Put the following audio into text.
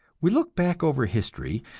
we look back over history,